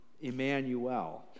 Emmanuel